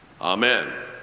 amen